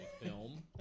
film